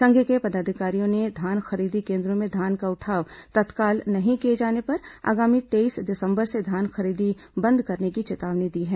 संघ के पदाधिकारियों ने धान खरीदी केन्द्रों में धान का उठाव तत्काल नहीं किए जाने पर आगामी तेईस दिसंबर से धान खरीदी बंद करने की चेतावनी दी है